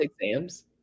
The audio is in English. exams